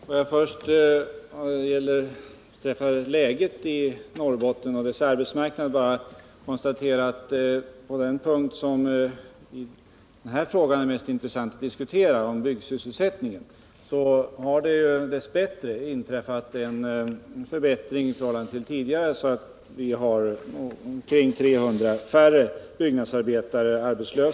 Herr talman! Får jag först beträffande arbetsmarknadsläget i Norrbotten bara konstatera att på den punkt som är mest intressant att diskutera i detta sammanhang, nämligen sysselsättningen på byggområdet, har det nu Nr 29 inträffat en förbättring i förhållande till tidigare. Det finns nu omkring 300 Torsdagen den färre arbetslösa byggnadsarbetare i Norrbotten.